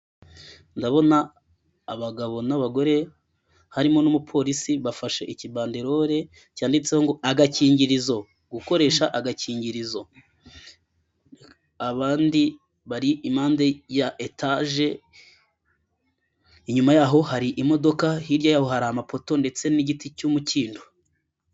Ndabona abagabo n'abagore harimo n'umupolisi bafashe ikibandelore cyanditseho ngo agakingirizo, gukoresha agakingirizo abandi bari impande ya etaje inyuma yaho hari imodoka hirya yaho hari amapoto ndetse n'igiti cy'umukindo.